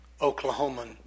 Oklahoman